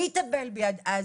מי יטפל בי עד אז?